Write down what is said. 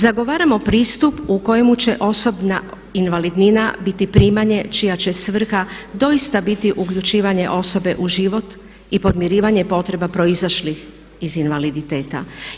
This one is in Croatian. Zagovaramo pristup u kojemu će osobna invalidnina biti primanje čija će svrha doista biti uključivanje osobe u život i podmirivanje potrebe proizašlih iz invaliditeta.